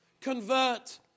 Convert